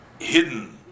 hidden